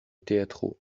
teatro